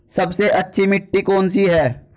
सबसे अच्छी मिट्टी कौन सी है?